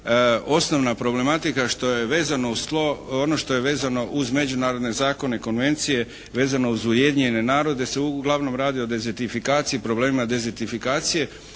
vezano uz tlo. Ono što je vezano uz međunarodne zakone i konvencije vezano uz Ujedinjene narode se uglavnom radi o «dezertifikaciji» problema «dezertifikacije»